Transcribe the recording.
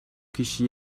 kişi